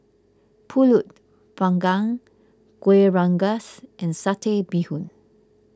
Pulut Panggang Kueh Rengas and Satay Bee Hoon